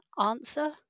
answer